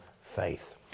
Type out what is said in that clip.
faith